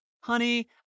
Honey